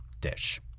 dish